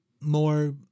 more